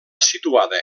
situada